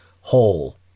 whole